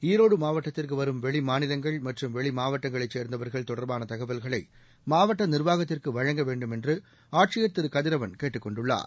ஈரோடு மாவட்டத்திற்கு வரும் வெளி மாநிலங்கள் மற்றும் வெளி மாவட்டங்களைச் சேர்ந்தவர்கள் தொடர்பான தகவல்களை மாவட்ட நிர்வாகத்திற்கு வழங்க வேண்டுமென்று ஆட்சியர் திரு கதிரவன் கேட்டுக் கொண்டுள்ளார்